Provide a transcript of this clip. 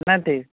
નથી